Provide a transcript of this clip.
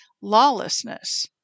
lawlessness